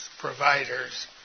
providers